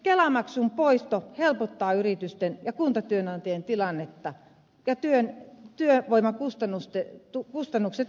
kelamaksun poisto helpottaa yritysten ja kuntatyönantajien tilannetta ja työvoimakustannukset alenevat